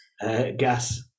Gas